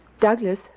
Douglas